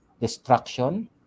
destruction